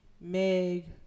Meg